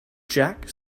jack